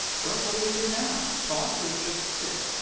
well, what'll we do now? talk, or just sit?